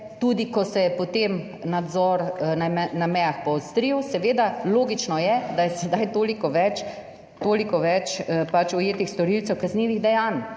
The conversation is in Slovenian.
tudi ko se je potem nadzor na mejah poostril, seveda logično je da je sedaj toliko več pač ujetih storilcev kaznivih dejanj,